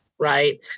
Right